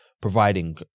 providing